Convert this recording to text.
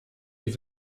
die